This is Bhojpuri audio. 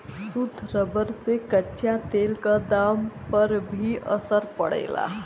शुद्ध रबर से कच्चा तेल क दाम पर भी असर पड़ला